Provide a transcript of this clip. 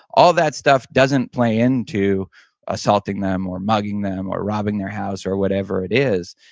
all that stuff doesn't play into assaulting them, or mugging them, or robbing their house, or whatever it is.